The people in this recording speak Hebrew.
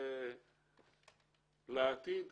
לעתיד